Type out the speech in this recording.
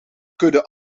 kudde